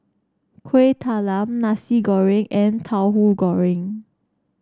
Kuih Talam Nasi Goreng and Tauhu Goreng